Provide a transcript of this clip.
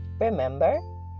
remember